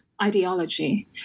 Ideology